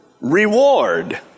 reward